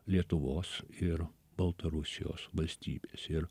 lietuvos ir baltarusijos valstybės ir